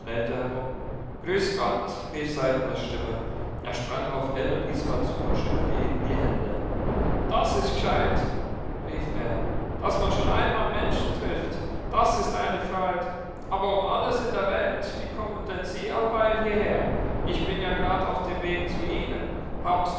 grüß gott rief saltners stimme er sprang auf ell und isma zu und schüttelte ihnen die hände das ist gescheit rief er daß man schon einmal menschen trifft das ist eine freud aber um alles in der weit wie kommen denn sie alleweil hierher ich bin ja gerad auf dem weg zu ihnen haben's